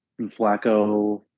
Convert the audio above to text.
Flacco